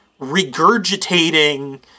regurgitating